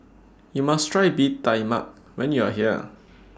YOU must Try Bee Tai Mak when YOU Are here